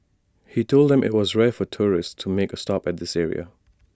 he told them that IT was rare for tourists to make A stop at this area